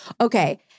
okay